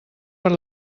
per